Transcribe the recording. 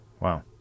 Wow